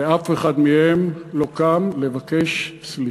ואף אחד מהם לא קם לבקש סליחה.